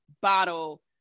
bottle